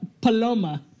Paloma